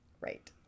Right